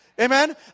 Amen